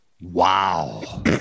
Wow